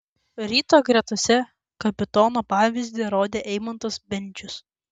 ryto gretose kapitono pavyzdį rodė eimantas bendžius